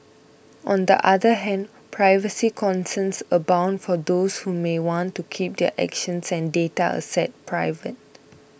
on the other hand privacy concerns abound for those who may want to keep their actions and data assets private